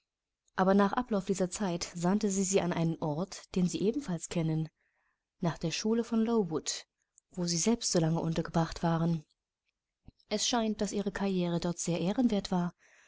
aber nach ablauf dieser zeit sandte sie sie an einen ort den sie ebenfalls kennen nach der schule von lowood wo sie selbst so lange untergebracht waren es scheint daß ihre carriere dort sehr ehrenwert war